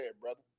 brother